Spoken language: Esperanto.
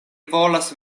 volas